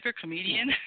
comedian